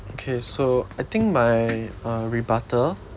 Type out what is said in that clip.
okay so I think my uh rebuttal